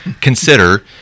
consider